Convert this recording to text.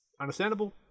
Understandable